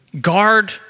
guard